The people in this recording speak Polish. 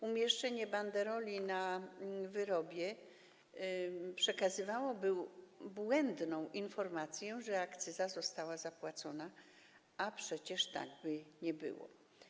Umieszczenie banderoli na wyrobie przekazywałoby błędną informację, że akcyza została zapłacona, a przecież tak by nie było.